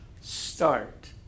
start